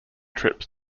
trips